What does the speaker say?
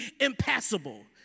impassable